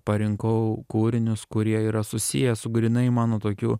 parinkau kūrinius kurie yra susiję su grynai mano tokiu